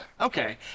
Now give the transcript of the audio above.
Okay